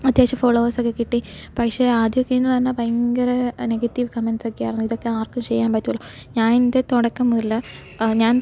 അത്യാവശ്യം ഫോളോവേർസൊക്കെ കിട്ടി പക്ഷേ ആദ്യമൊക്കെയെന്ന് പറഞ്ഞാല് ഭയങ്കര നെഗറ്റീവ് കമെൻസൊക്കെ ആയിരുന്നു ഇതൊക്കെ ആർക്കും ചെയ്യാമ്പറ്റുമല്ലോ ഞാൻ ഇതിൻ്റെ തുടക്കം മുതല് ഞാൻ